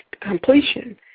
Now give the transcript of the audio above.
completion